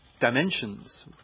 dimensions